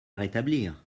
rétablir